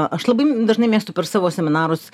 aš labai dažnai mėgstu per savo seminarus